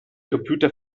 computer